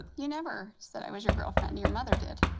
you never said i was your girlfriend, your mother did.